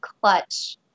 clutch